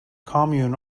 commune